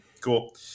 Cool